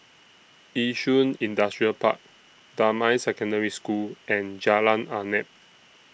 Yishun Industrial Park Damai Secondary School and Jalan Arnap